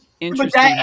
interesting